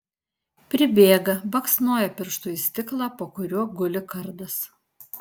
pribėga baksnoja pirštu į stiklą po kuriuo guli kardas